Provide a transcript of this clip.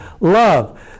love